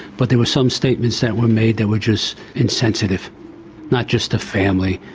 but there were some statements that were made that were just insensitive not just the family,